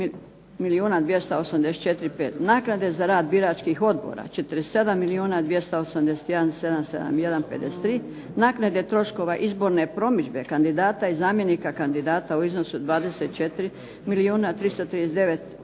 Naknade za rad biračkih odbora 47 milijuna 281 771 53. Naknade troškova izborne promidžbe kandidata i zamjenika kandidata u iznosu 24 milijuna 339 tisuća